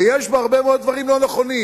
ויש בו הרבה מאוד דברים לא נכונים,